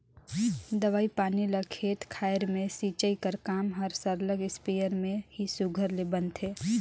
दवई पानी ल खेत खाएर में छींचई कर काम हर सरलग इस्पेयर में ही सुग्घर ले बनथे